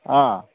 অঁ